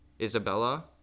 Isabella